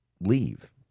leave